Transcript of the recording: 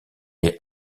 les